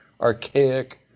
archaic